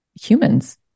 humans